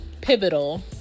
pivotal